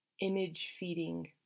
image-feeding